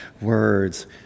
words